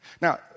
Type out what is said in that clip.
Now